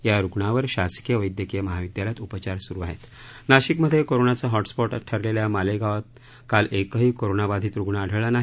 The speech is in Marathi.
या रुग्णावर शासकीय वैद्यकीय महाविद्यालयात उपचार सुरु आहस्त नाशिकमधळीरोनाचा हॉटस्पॉट ठरलळी मालप्रिप्रात काल एकही कोरोनाबाधित रुग्ण आढळला नाही